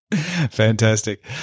fantastic